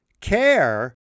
care